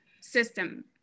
system